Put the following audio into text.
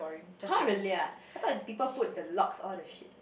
!huh! really ah I thought is people put the locks all the shit